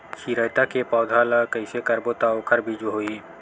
चिरैता के पौधा ल कइसे करबो त ओखर बीज होई?